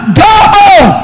double